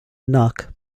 knock